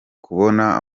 kubona